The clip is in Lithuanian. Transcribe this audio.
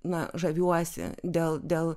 na žaviuosi dėl dėl